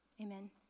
Amen